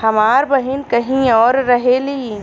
हमार बहिन कहीं और रहेली